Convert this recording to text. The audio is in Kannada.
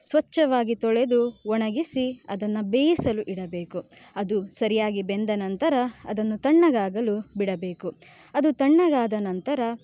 ಸ್ವಚ್ಛವಾಗಿ ತೊಳೆದು ಒಣಗಿಸಿ ಅದನ್ನು ಬೇಯಿಸಲು ಇಡಬೇಕು ಅದು ಸರಿಯಾಗಿ ಬೆಂದ ನಂತರ ಅದನ್ನು ತಣ್ಣಗಾಗಲು ಬಿಡಬೇಕು ಅದು ತಣ್ಣಗಾದ ನಂತರ